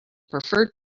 preferred